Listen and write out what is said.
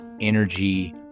energy